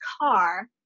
car